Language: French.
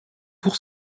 pour